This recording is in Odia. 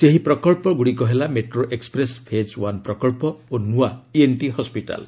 ସେହି ପ୍ରକଳ୍ପଗୁଡ଼ିକ ହେଲା ମେଟ୍ରୋ ଏକ୍ୱପ୍ରେସ୍ ଫେଜ୍ ଓ୍ୱାନ୍ ପ୍ରକଳ୍ପ ଓ ନୂଆ ଇଏନ୍ଟି ହସ୍କିଟାଲ୍